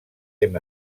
hem